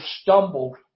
stumbled